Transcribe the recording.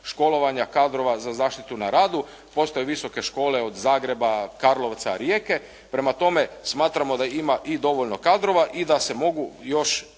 školovanja kadrova za zaštitu na radu, postoje visoke škole od Zagreba, Karlovca, Rijeke. Prema tome smatramo da ima i dovoljno kadrova i da se mogu još